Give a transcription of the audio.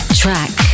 track